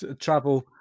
travel